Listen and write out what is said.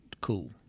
cool